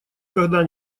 когда